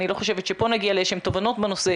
אני לא חושבת שפה נגיע לאיזה שהן תובנות בנושא,